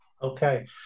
Okay